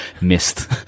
missed